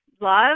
Love